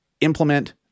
implement